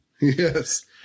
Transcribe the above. Yes